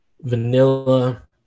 Vanilla